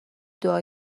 دعا